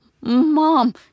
Mom